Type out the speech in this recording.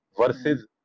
versus